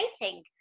dating